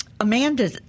Amanda